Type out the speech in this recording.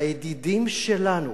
הידידים שלנו